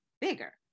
bigger